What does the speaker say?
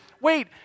Wait